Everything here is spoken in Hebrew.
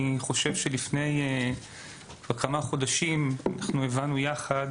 אני חושב שלפני כמה חודשים אנחנו הבנו יחד